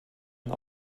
een